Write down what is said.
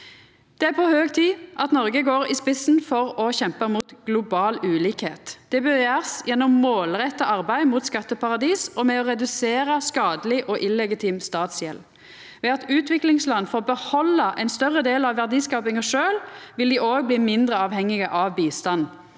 Det er på høg tid at Noreg går i spissen for å kjempa mot global ulikskap. Det bør gjerast gjennom målretta arbeid mot skatteparadis og ved å redusera skadeleg og illegitim statsgjeld. Ved at utviklingsland får behalda ein større del av verdiskapinga sjølv, vil dei bli mindre avhengige av bistand.